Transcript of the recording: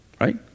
Right